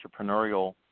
entrepreneurial